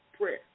prayer